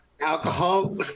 Alcohol